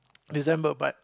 December but